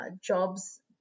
jobs